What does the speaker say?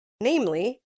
namely